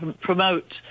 promote